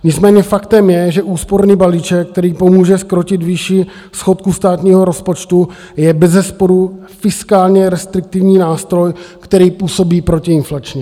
Nicméně faktem je, že úsporný balíček, který pomůže zkrotit výši schodku státního rozpočtu, je bezesporu fiskálně restriktivní nástroj, který působí protiinflačně.